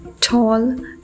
tall